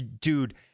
dude